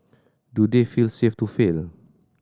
do they feel safe to fail